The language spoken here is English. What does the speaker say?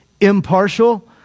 impartial